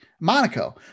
Monaco